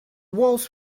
walls